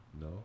No